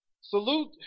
salute